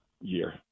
year